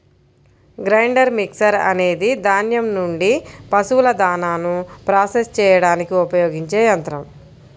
grinder mixer అనేది ధాన్యం నుండి పశువుల దాణాను ప్రాసెస్ చేయడానికి ఉపయోగించే యంత్రం